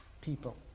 people